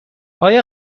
آیا